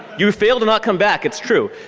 you've failed to not come back it's true.